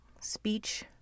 speech